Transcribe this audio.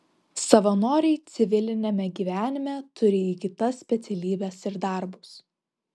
savanoriai civiliniame gyvenime turi įgytas specialybes ir darbus